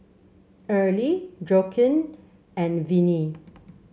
Early Joaquin and Venie